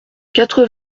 quatre